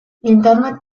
linternak